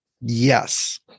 Yes